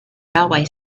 railway